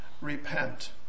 repent